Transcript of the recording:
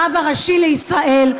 הרב הראשי לישראל,